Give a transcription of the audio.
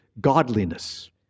godliness